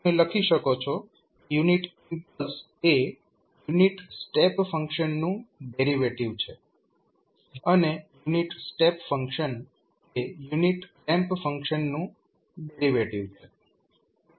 તમે લખી શકો છો કે યુનિટ ઇમ્પલ્સ એ યુનિટ સ્ટેપ ફંક્શનનું ડેરિવેટિવ છે અને યુનિટ સ્ટેપ ફંક્શન એ યુનિટ રેમ્પ ફંક્શનનું ડેરિવેટિવ છે